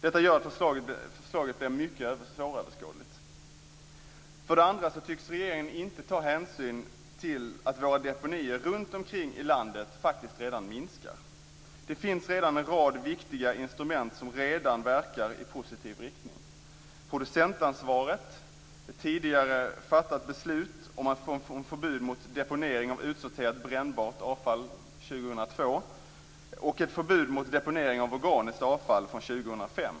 Detta gör att förslaget blir mycket svåröverskådligt. För det andra tycks regeringen inte ta hänsyn till att våra deponier runt om i landet faktiskt redan minskar. Det finns redan en rad viktiga instrument som verkar i positiv riktning: producentansvaret, ett tidigare fattat beslut om förbud mot deponering av utsorterat brännbart avfall år 2002 och ett förbud mot deponering av organiskt avfall från år 2005.